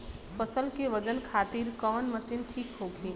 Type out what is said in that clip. फसल के वजन खातिर कवन मशीन ठीक होखि?